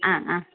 ആ ആ